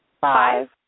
Five